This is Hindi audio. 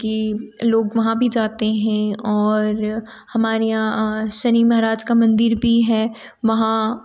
कि लोग वहाँ भी जाते हें और हमारे यहाँ शनि महराज का मंदिर भी है वहाँ